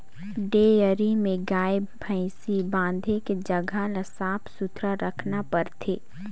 dairy में गाय, भइसी बांधे के जघा ल साफ सुथरा रखना परथे